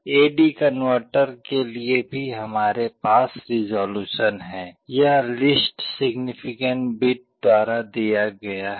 ए D converter के लिए भी हमारे पास रिसोल्यूशन है यह लिस्ट सिग्नीफिकेंट बिट द्वारा दिया गया है